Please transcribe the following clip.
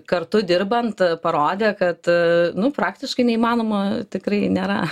kartu dirbant parodė kad nu praktiškai neįmanoma tikrai nėra